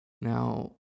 Now